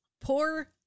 Poor